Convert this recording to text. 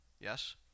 Yes